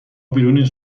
بیرونین